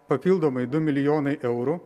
papildomai du milijonai eurų